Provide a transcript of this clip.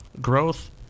Growth